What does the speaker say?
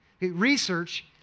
Research